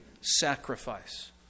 sacrifice